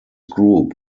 group